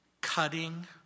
cutting